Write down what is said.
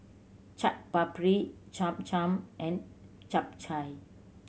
Chaat Papri Cham Cham and Japchae